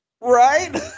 Right